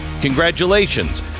Congratulations